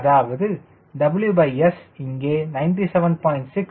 அதாவது WS இங்கே 97